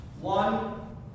One